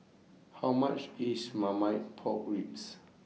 How much IS Marmite Pork Ribs